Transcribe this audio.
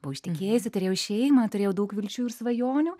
buvau ištekėjusi turėjau šeimą turėjau daug vilčių ir svajonių